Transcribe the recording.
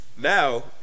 Now